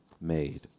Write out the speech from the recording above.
made